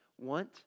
want